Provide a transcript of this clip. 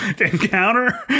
encounter